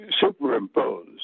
superimpose